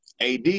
AD